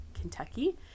Kentucky